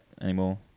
anymore